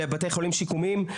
לבתי חולים שיקומיים.